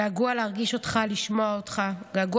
געגוע להרגיש אותך, לשמוע אותך,